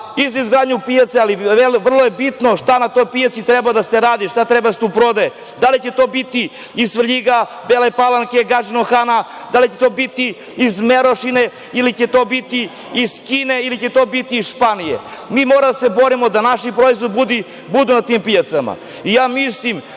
za izgradnju pijace. Ali, vrlo je bitno šta na toj pijaci treba da se radi, šta treba da se tu prodaje, da li će to biti iz Svrljiga, Bele Palanke, Gadžinog Hana, da li će to biti iz Merošine ili će to biti iz Kine ili će to biti iz Španije? Mi moramo da se borimo da naši proizvodi budu na tim pijacima. Ja mislim